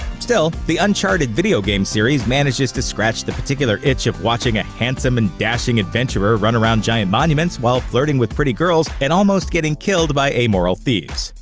still, the uncharted video game series manages to scratch the particular itch of watching a handsome and dashing adventurer run around giant monuments while flirting with pretty girls and almost getting killed by amoral thieves.